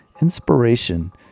Inspiration